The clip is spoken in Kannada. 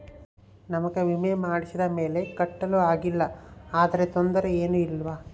ನಮಗೆ ವಿಮೆ ಮಾಡಿಸಿದ ಮೇಲೆ ಕಟ್ಟಲು ಆಗಿಲ್ಲ ಆದರೆ ತೊಂದರೆ ಏನು ಇಲ್ಲವಾ?